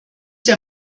der